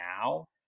now